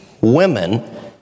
women